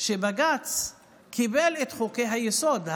שבג"ץ קיבל את חוקי-היסוד.